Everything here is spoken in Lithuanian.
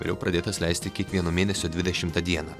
ir jau pradėtas leisti kiekvieno mėnesio dvidešimtą dieną